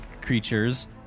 creatures